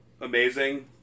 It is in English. amazing